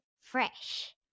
Fresh